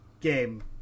game